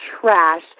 trash